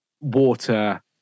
water